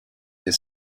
his